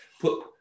put